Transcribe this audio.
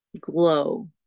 glow